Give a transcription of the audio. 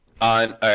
On